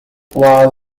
company